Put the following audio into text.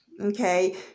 Okay